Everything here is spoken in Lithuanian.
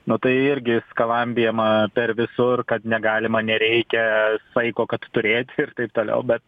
nu tai irgi skalambijama per visur kad negalima nereikia saiko kad turėti ir taip toliau bet